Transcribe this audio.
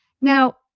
now